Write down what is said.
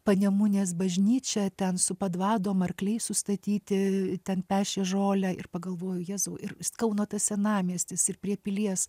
panemunės bažnyčią ten su padvadom arkliai sustatyti ten pešė žolę ir pagalvojau jėzau ir kauno tas senamiestis ir prie pilies